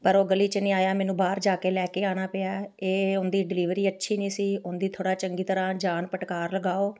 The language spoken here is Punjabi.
ਪਰ ਉਹ ਗਲੀ 'ਚ ਨਹੀਂ ਆਇਆ ਮੈਨੂੰ ਬਾਹਰ ਜਾ ਕੇ ਲੈ ਕੇ ਆਉਣਾ ਪਿਆ ਇਹ ਉਹਨਾ ਦੀ ਡਿਲੀਵਰੀ ਅੱਛੀ ਨਹੀਂ ਸੀ ਉਹਨਾ ਦੀ ਥੋੜ੍ਹਾ ਚੰਗੀ ਤਰ੍ਹਾਂ ਜਾਣ ਪਟਕਾਰ ਲਗਾਓ